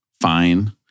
fine